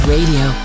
Radio